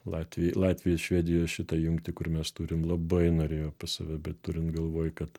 latviai latvijos švedijos šitą jungtį kur mes turim labai norėjo pas save bet turint galvoj kad